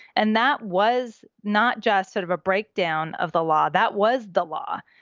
and that was not just sort of a breakdown of the law. that was the law.